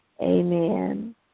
amen